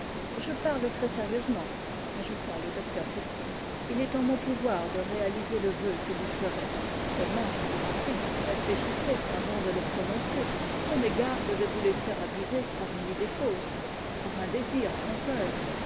je parle très-sérieusement ajouta le docteur faustin il est en mon pouvoir de réaliser le vœu que vous ferez seulement je vouy en prie réfléchissez avant de le prononcer prenez garde de vous laisser abuser par une idée fausse par un désir trompeur